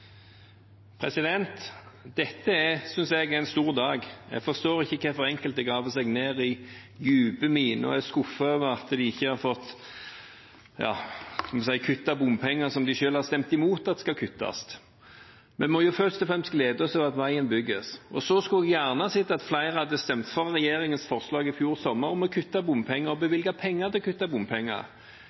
jeg, en stor dag. Jeg forstår ikke hvorfor enkelte graver seg ned i dype miner og er skuffet over at de ikke har fått – jeg holdt på å si – kuttet bompenger, som de selv har stemt imot skal kuttes. Vi må først og fremst glede oss over at veien bygges. Så skulle jeg gjerne sett at flere hadde stemt for regjeringens forslag i fjor sommer om å kutte bompenger og bevilge penger til å kutte bompenger.